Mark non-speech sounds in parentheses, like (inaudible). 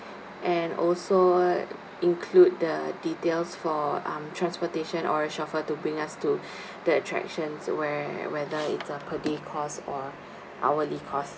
and also include the details for um transportation or a chauffeur to bring us to (breath) the attractions whe~ whether is a per day course or hourly course